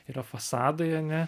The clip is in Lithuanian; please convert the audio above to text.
yra fasadai ane